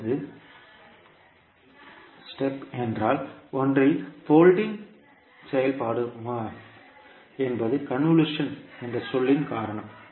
இப்போது படி ஒன்றில் போல்டிங் செயல்பாடு என்பது கன்வல்யூஷன் என்ற சொல்லின் காரணம்